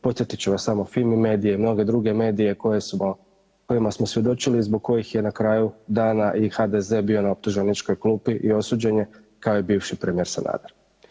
Podsjetit ću vas samo Fimi Mediae i mnoge druge medije kojima smo svjedočili i zbog kojih je na kraju dana i HDZ-e bio na optuženičkoj klupi i osuđen je kao i bivši premijer Sanader.